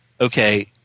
okay